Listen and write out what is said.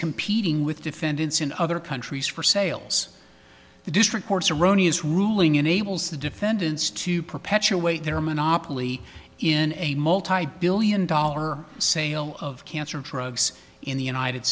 competing with defendants in other countries for sales the district courts erroneous ruling enables the defendants to perpetuate their monopoly in a multibillion dollar sale of cancer drugs in the united